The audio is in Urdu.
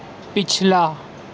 پچھلا